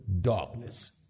darkness